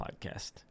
podcast